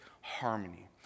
harmony